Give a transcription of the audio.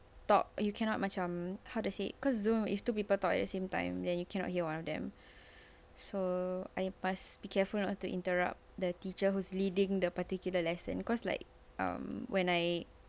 talk you cannot macam how to say cause zoom if two people talk at the same time then you cannot hear one of them so I must be careful not to interrupt the teacher who's leading the particular lesson cause like um when I